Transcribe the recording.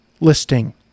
listing